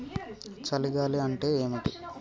చలి గాలి అంటే ఏమిటి?